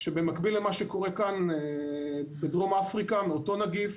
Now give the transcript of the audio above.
שבמקביל למה שקורה כאן, בדרום אפריקה מאותו נגיף